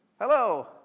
hello